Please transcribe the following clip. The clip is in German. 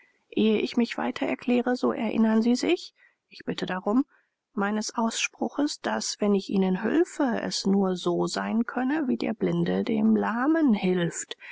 ehe ich mich weiter erkläre so erinnern sie sich ich bitte darum meines ausspruches daß wenn ich ihnen hülfe es nur so sein könne wie der blinde dem lahmen hilft